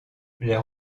les